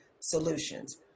solutions